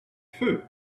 feu